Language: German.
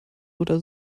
oder